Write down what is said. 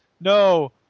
No